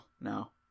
no